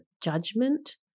judgment